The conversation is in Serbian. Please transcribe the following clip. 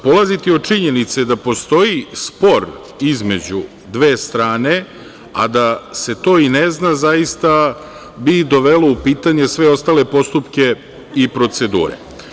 Polaziti od činjenice da postoji spor između dve strane, a da se to ne zna, zaista bi dovelo u pitanje sve ostale postupke i procedure.